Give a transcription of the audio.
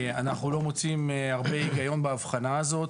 אנחנו לא מוצאים הרבה היגיון בהבחנה הזאת.